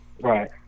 Right